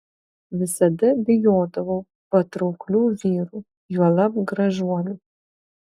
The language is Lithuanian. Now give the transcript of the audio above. visada bijodavau patrauklių vyrų juolab gražuolių